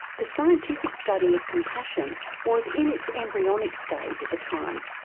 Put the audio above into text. the scientific study of compassion was in its embryonic stage at the time.